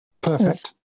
perfect